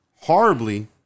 horribly